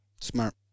smart